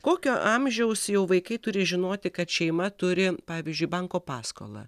kokio amžiaus jau vaikai turi žinoti kad šeima turi pavyzdžiui banko paskolą